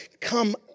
come